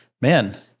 man